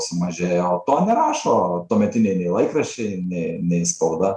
sumažėję o to nerašo tuometiniai nei laikraščiai nei nei spauda